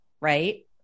right